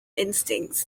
instincts